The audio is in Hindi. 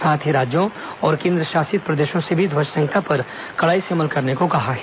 साथ ही राज्यों तथा केन्द्रशासित प्रदेशों से भी ध्वज संहिता पर कड़ाई से अमल करने को कहा है